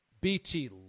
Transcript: BT